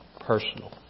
personal